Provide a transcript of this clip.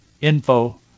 info